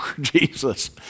Jesus